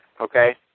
okay